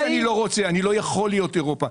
לא שאני לא רוצה, אני לא יכול להיות אירופה.